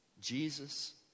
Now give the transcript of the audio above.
Jesus